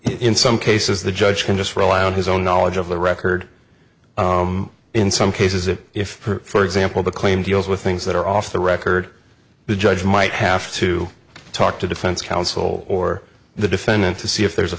n some cases the judge can just rely on his own knowledge of the record in some cases that if for example the claim deals with things that are off the record the judge might have to talk to defense counsel or the defendant to see if there's a